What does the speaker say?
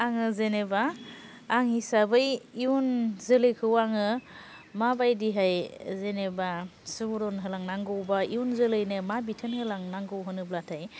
आङो जेनेबा आं हिसाबै इयुन जोलैखौ आङो माबायदिहाय जेनेबा सुबुरुन होलांनांगौ बा इयुन जोलैनो मा बिथोन होलांनांगौ होनोब्लाथाय